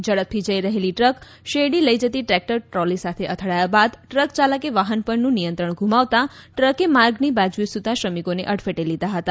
ઝડપથી જઇ રહેલી ટ્રક શેરડી લઇ જતી ટ્રેકટર ટ્રોલી સાથે અથડાયા બાદ ટ્રક ચાલકે વાહન પરનું નિયંત્રણ ગુમાવતાં ટ્રકે માર્ગની બાજુએ સુતાં શ્રમિકોને અડફેટે લીધાં હતા